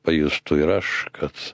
pajustų ir aš kad